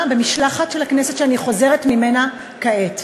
במשלחת של הכנסת שאני חוזרת ממנה כעת.